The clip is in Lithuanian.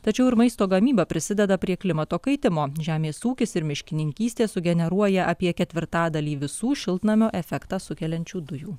tačiau ir maisto gamyba prisideda prie klimato kaitimo žemės ūkis ir miškininkystė sugeneruoja apie ketvirtadalį visų šiltnamio efektą sukeliančių dujų